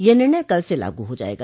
यह निर्णय कल से लागू हो जाएगा